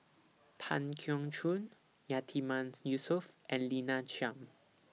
Tan Keong Choon Yatiman Yusof and Lina Chiam